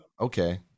okay